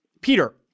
Peter